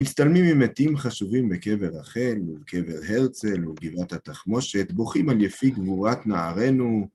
מצטלמים עם מתים חשובים בקבר רחל, ובקבר הרצל, ובגבעת התחמושת, בוכים על יפי גבורת נערינו...